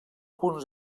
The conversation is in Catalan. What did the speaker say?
punt